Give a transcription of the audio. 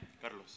Carlos